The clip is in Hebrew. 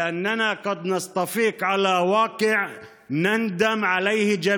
משום שאנו עלולים להתעורר למציאות שכולנו נתחרט עליה.